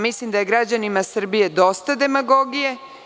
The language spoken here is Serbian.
Mislim da je građanima Srbije dosta demagogije.